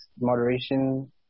moderation